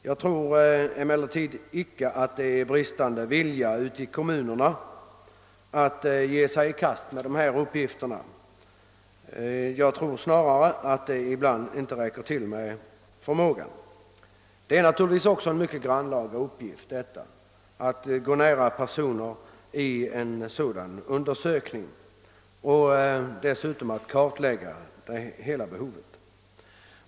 Jag tror emellertid icke att det finns någon bristande vilja ute i kommunerna att ge sig i kast med dessa uppgifter. Snarare är det nog så, att förmågan inte helt räcker till. Det är naturligtvis också en mycket grannlaga uppgift att ta nära kontakt med personer i en sådan undersökning och att dessutom klarlägga hela behovet.